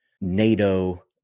NATO